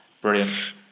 brilliant